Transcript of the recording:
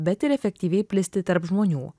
bet ir efektyviai plisti tarp žmonių